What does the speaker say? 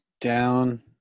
down